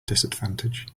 disadvantage